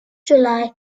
july